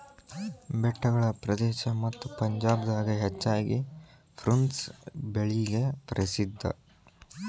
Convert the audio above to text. ಬೆಟ್ಟಗಳ ಪ್ರದೇಶ ಮತ್ತ ಪಂಜಾಬ್ ದಾಗ ಹೆಚ್ಚಾಗಿ ಪ್ರುನ್ಸ್ ಬೆಳಿಗೆ ಪ್ರಸಿದ್ಧಾ